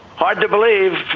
hard to believe.